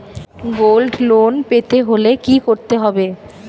Gold loan পেতে হলে কি করতে হবে?